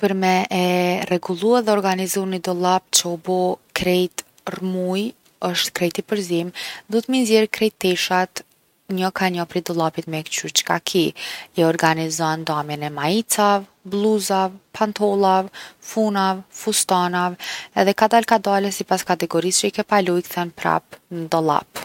Për me e rregullu edhe me organizu ni dollap që u bo krejt rrëmuj, osht krejt i përzim, duhet me i nxjerr krejt teshat njo ka njo prej dollapit me kqyr çka ki. I organizon ndamjen e maicave, blluzave, pantollave, funave, fustanave edhe kadal kadale sipas kategorisë që i ke palu i kthen prap n’dollap..